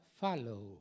follow